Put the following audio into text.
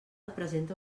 presenta